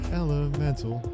elemental